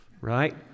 Right